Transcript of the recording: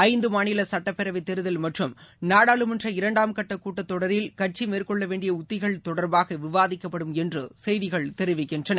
ஐந்தமாநிலசட்டப்பேரவைத் தேர்தல் மற்றம் நாடாளுமன்ற இரண்டாம் கட்டகூட்டத்தொடரில் கட்சிமேற்கொள்ளவேண்டியஉத்திகள் தொடர்பாகவிவாதிக்கப்படும் என்றுசெய்திகள் தெரிவிக்கின்றன